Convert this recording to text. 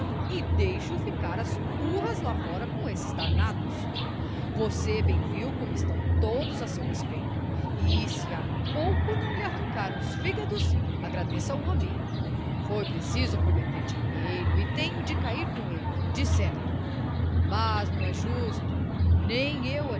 e deixo-o ficar às turras lá fora com esses danados você bem viu como estão todos a seu respeito e se há pouco não lhe arrancaram os fígados agradeça o a mim foi preciso prometer dinheiro e tenho de cair com ele decerto mas não é justo nem eu